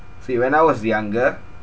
see when I was younger